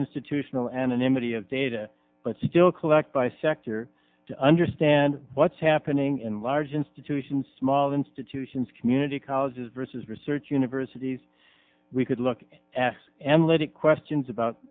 institutional anonymity of data but still collect by sector to understand what's happening in large institutions small institutions community colleges versus research universities we could look at analytic questions about